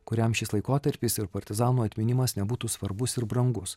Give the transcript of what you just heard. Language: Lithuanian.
kuriam šis laikotarpis ir partizanų atminimas nebūtų svarbus ir brangus